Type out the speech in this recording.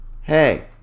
Hey